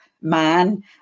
man